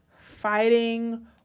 fighting